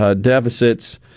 deficits